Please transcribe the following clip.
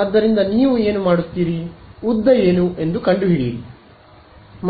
ಆದ್ದರಿಂದ ನೀವು ಏನು ಮಾಡುತ್ತೀರಿ ಉದ್ದ ಏನು ಎಂದು ಕಂಡುಹಿಡಿಯಿರಿ